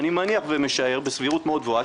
אני מניח ומשער בסבירות מאוד גבוהה,